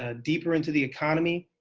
ah deeper into the economy.